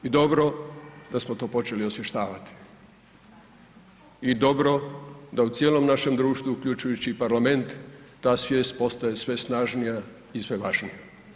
I dobro da smo to počeli osvještavati, i dobro da u cijelom našem društvu uključujući i Parlament ta svijest postaje sve snažnija i sve važnija.